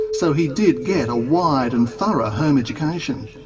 so he did get a wide and thorough home education.